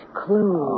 clue